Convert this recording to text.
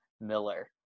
Miller